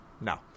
no